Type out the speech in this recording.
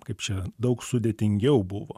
kaip čia daug sudėtingiau buvo